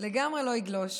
לגמרי לא אגלוש.